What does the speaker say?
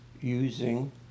using